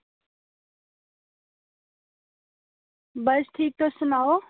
बस ठीक तुस सनाओ